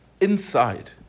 inside